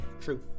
True